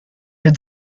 had